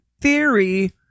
theory